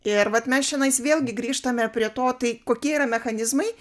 ir vat mes čionais vėlgi grįžtame prie to tai kokie yra mechanizmai